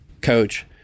coach